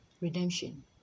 Redemption